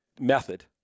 method